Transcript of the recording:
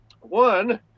One